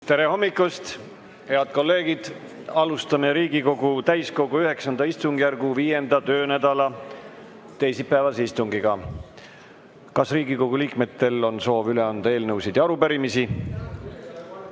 Tere hommikust, head kolleegid! Alustame Riigikogu täiskogu IX istungjärgu 5. töönädala teisipäevast istungit. Kas Riigikogu liikmetel on soovi üle anda eelnõusid ja arupärimisi?